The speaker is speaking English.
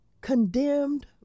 condemned